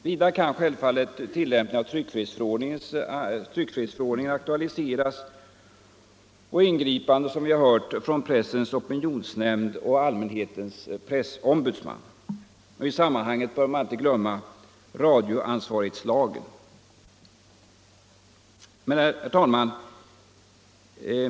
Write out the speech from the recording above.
Vidare kan självfallet aktualiseras tillämpning av tryckfrihetsförordningen och ingripande från Pressens opinionsnämnd och Allmänhetens pressombudsman. I sammanhanget bör man inte glömma radioansvarighetslagen.